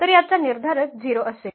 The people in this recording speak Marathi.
तर याचा निर्धारक 0 असेल